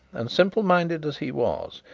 and simple-minded as he was,